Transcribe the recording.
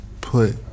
put